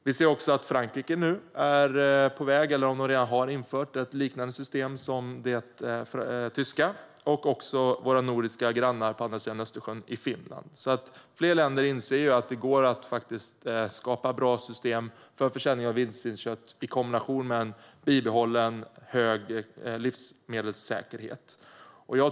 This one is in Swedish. Vi ser också att Frankrike nu är på väg att införa, eller om det redan har infört, ett liknande system som det tyska och också våra nordiska grannar på andra sidan Östersjön i Finland. Fler länder inser att det går att skapa bra system för försäljning av vildsvinskött i kombination med en bibehållen hög livsmedelssäkerhet.